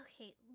okay